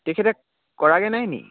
তেখেতে কৰাগৈ নাই নেকি